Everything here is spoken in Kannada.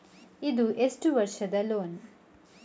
ಇದು ಎಷ್ಟು ವರ್ಷದ ಲೋನ್?